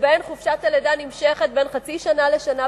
שבהן חופשת הלידה נמשכת בין חצי שנה לשנה,